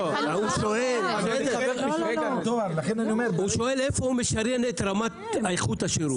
שואל איפה הוא משריין את רמת איכות השירות?